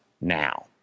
now